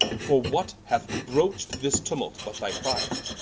for what hath broach'd this tumult but thy pride?